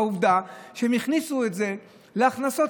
ועובדה היא שהם הכניסו את זה להכנסות,